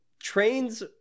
trains